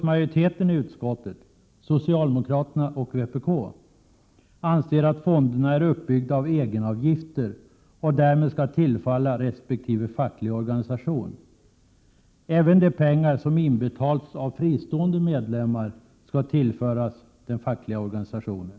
Majoriteten i utskottet, socialdemokraterna och vpk, anser att fonderna är uppbyggda av egenavgifter, som därmed skall tillfalla resp. facklig organisation. Även de pengar som inbetalts av fristående medlemmar skall tillföras den fackliga organisationen.